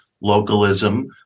localism